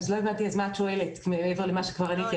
לא הבנתי מה את שואלת, מעבר למה שכבר עניתי.